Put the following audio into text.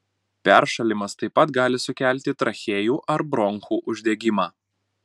peršalimas taip pat gali sukelti trachėjų ar bronchų uždegimą